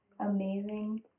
amazing